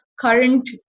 current